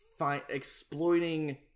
exploiting